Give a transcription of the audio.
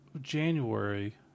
January